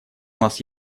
нас